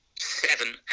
seven